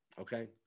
Okay